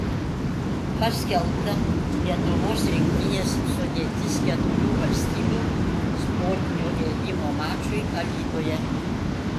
paskelbta lietuvos rinktinės sudėtis keturių valstybių sportinio ėjimo mačui alytuje